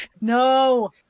No